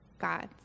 God's